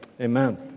Amen